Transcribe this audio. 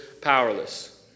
powerless